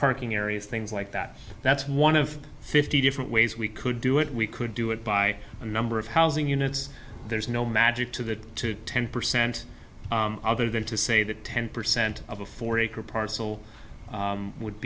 parking areas things like that that's one of fifty different ways we could do it we could do it by the number of housing units there's no magic to that to ten percent other than to say that ten percent of a four acre parcel would